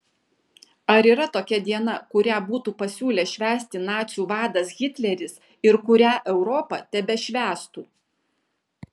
ar yra tokia diena kurią būtų pasiūlęs švęsti nacių vadas hitleris ir kurią europa tebešvęstų